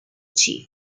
chief